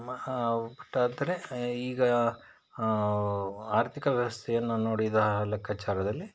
ಮಹಾ ಈಗ ಆರ್ಥಿಕ ವ್ಯವಸ್ಥೆಯನ್ನ ನೋಡಿದ ಲೆಕ್ಕಾಚಾರದಲ್ಲಿ